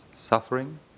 suffering